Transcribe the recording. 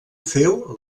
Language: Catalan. féu